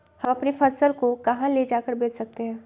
हम अपनी फसल को कहां ले जाकर बेच सकते हैं?